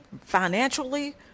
financially